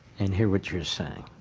and hear what you are saying,